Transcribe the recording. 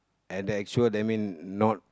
and that actual that mean not